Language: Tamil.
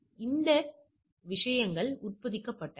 எனவே இவை விஷயங்கள் உட்பொதிக்கப்பட்டவை